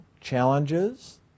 challenges